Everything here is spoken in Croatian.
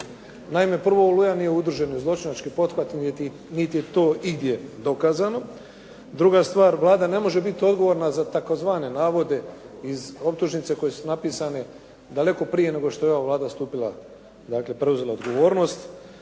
Naime prvo «Oluja» nije udruženi zločinački pothvat niti, niti je to igdje dokazano. Druga stvar Vlada ne može biti odgovorna za tzv. navode iz optužnice koje su napisane daleko prije nego što je ova Vlada stupila dakle preuzela odgovornost.